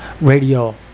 Radio